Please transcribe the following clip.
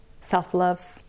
self-love